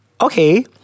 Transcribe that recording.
okay